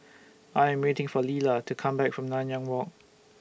I Am waiting For Leala to Come Back from Nanyang Walk